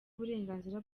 uburenganzira